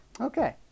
Okay